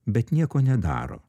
bet nieko nedaro